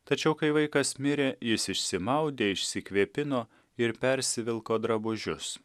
tačiau kai vaikas mirė jis išsimaudė išsikvėpino ir persivilko drabužius